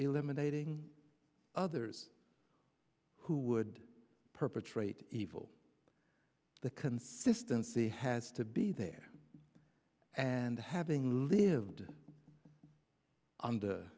eliminating others who would perpetrate evil that consistency has to be there and having lived